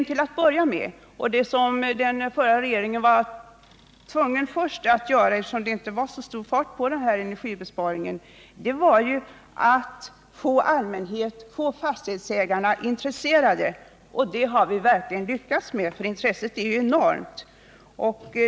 Vad den förra regeringen var tvungen att göra först, eftersom det inte var så stor fart på denna energibesparing, var att få fastighetsägarna och allmänheten intresserade. Det har vi verkligen lyckats med, för intresset är ju enormt.